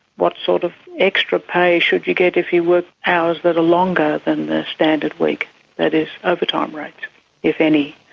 what sort of extra pay should you get if you work hours that are longer than the standard week that is overtime rates if any?